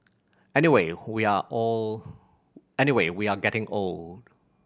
anyway we are old anyway we are getting old